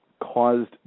caused